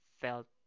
felt